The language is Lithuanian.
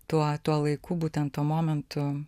tuo tuo laiku būtent tuo momentu